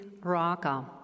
Raga